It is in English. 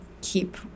keep